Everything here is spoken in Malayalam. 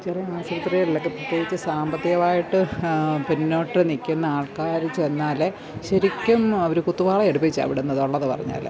ചില ആശുപത്രികളിലൊക്കെ പ്രത്യേകിച്ച് സാമ്പത്തികമായിട്ട് പിന്നോട്ട് നിൽക്കുന്ന ആള്ക്കാർ ചെന്നാൽ ശരിക്കും അവർ കുത്തുപാള എടുപ്പിച്ചാണ് വിടുന്നത് ഉള്ളത് പറഞ്ഞാൽ